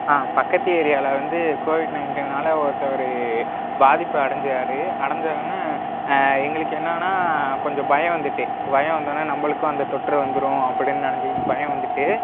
பக்கத்து ஏரியாவில் வந்து கோவிட் நைண்டீனால் ஒருத்தவரு பாதிப்பு அடைஞ்சாரு அடைஞ்சோனே எங்களுக்கு என்னென்னா கொஞ்சம் பயம் வந்துட்டு பயம் வந்தோடனே நம்மளுக்கும் அந்த தொற்று வந்துரும் அப்டின்னு நினச்சி பயம் வந்துட்டு